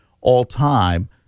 all-time